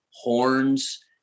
horns